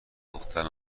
دختر